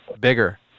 bigger